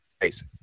face